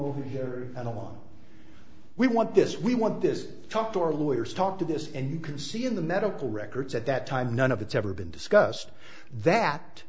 o hear and along we want this we want this talk to our lawyers talk to this and you can see in the medical records at that time none of it's ever been discussed that